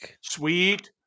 Sweet